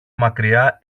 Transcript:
μακριά